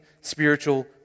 spiritual